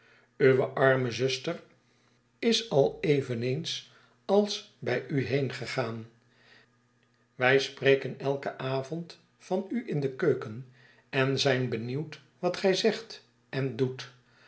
uwe arme zuster is al eveneens als bij uw heengaan wij spreken elken avond van u in de keuken en zijn benieuwd wat gij zegt en doet